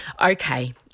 Okay